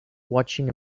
watching